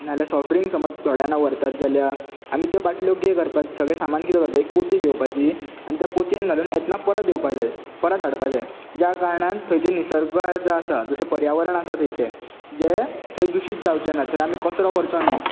नाल्यार सोफ्टड्रिंग समज थोडे जाणां व्हरतात जाल्यार आमी त्यो बाटल्यो कितें करपाचें सगळे सामान एक पोती घेवपाची आनी त्या पोतयेन घालून येतना परत येवपा जाय हाडपा जाय ज्या कारणान निसर्ग आसा पर्यावरण आसा थंयचे जे थंय दुशीत जावचेना थंय आमी कचरो करचो न्हय